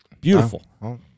Beautiful